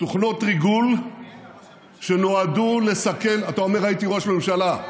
תוכנות ריגול שנועדו לסכל, מי היה ראש הממשלה?